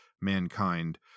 mankind